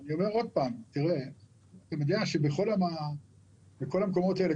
אתה יודע שבכל המקומות האלה,